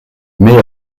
mais